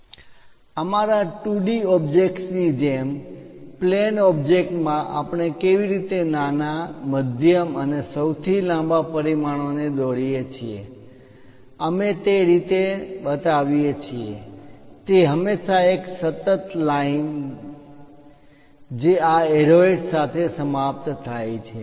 અમારા 2D ઓબ્જેક્ટ્સની જેમ પ્લેન ઓબ્જેક્ટ મા આપણે કેવી રીતે નાના મધ્યમ અને સૌથી લાંબા પરિમાણોને દોરીએ છીએ અમે તે રીતે બતાવીએ છીએ તે હંમેશાં એક સતત લાઇન continuous line સતત રેખા જે આ એરોહેડ્સ સાથે સમાપ્ત થાય છે